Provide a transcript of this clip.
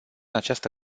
această